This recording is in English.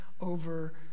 over